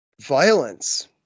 violence